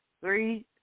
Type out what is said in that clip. three